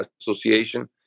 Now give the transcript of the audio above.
association